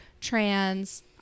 trans